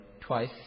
twice